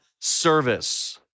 service